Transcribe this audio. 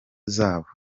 zabo